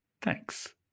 Thanks